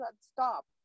stop